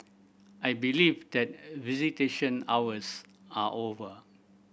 I believe that visitation hours are over